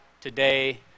today